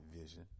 vision